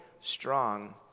strong